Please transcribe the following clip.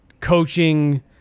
coaching